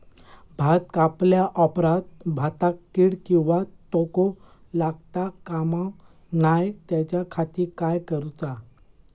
भात कापल्या ऑप्रात भाताक कीड किंवा तोको लगता काम नाय त्याच्या खाती काय करुचा?